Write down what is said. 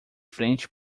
frente